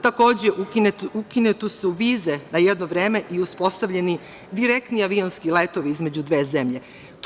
Takođe, ukinute su vize na jedno vreme i uspostavljeni direktni avionski letovi između dve zemlje.